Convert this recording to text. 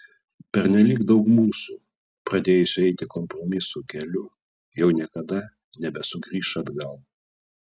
pernelyg daug mūsų pradėjusių eiti kompromisų keliu jau niekada nebesugrįš atgal